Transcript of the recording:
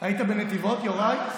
היית בנתיבות, יוראי?